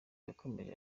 yakomeje